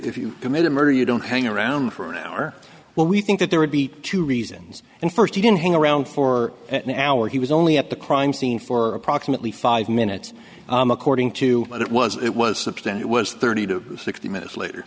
if you commit a murder you don't hang around for an hour when we think that there would be two reasons and first he didn't hang around for an hour he was only at the crime scene for approximately five minutes according to what it was it was substantial was thirty to sixty minutes later